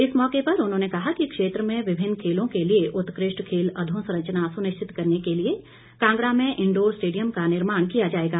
इस मौके पर उन्होंने कहा कि क्षेत्र में विभिन्न खेलों के लिए उत्कृष्ट खेल अधोसंरचना सुनिचित करने के लिए कांगड़ा में इंडौर स्टेडियम का निर्माण किया जाएगा